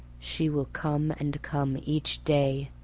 she will come and come each day,